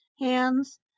hands